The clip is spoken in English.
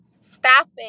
staffing